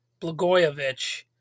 Blagojevich